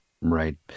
Right